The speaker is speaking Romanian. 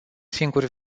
singur